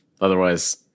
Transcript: Otherwise